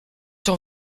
t’en